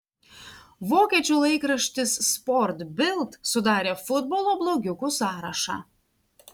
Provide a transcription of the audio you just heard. vokiečių laikraštis sport bild sudarė futbolo blogiukų sąrašą